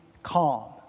calm